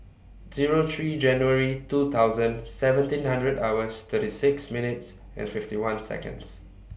Zero three January two thousand seventeen hundred hours thirty six minutes and fifty one Seconds